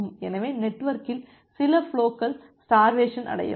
எனவே நெட்வொர்க்கில் சில ஃபுலோகள் ஸ்டார்வேசன் அடையலாம்